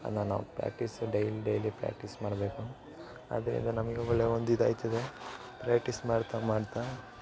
ಅದನ್ನ ನಾವು practice daily daily practice ಮಾಡಬೇಕು ಅದರಿಂದ ನಮಗೆ ಒಳ್ಳೆಯ ಒಂದು ಇದಾಯ್ತದೆ ಪ್ರ್ಯಾಕ್ಟೀಸ್ ಮಾಡ್ತಾ ಮಾಡ್ತಾ